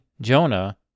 Jonah